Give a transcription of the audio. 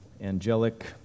angelic